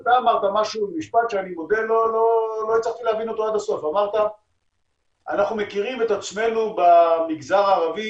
אמרת משפט שלא הבנתי אותו עד הסוף: אנו מכירים את עצמנו במגזר הערבי,